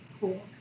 Cool